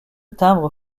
timbres